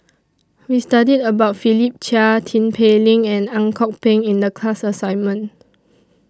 We studied about Philip Chia Tin Pei Ling and Ang Kok Peng in The class assignment